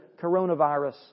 coronavirus